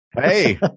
Hey